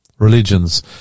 religions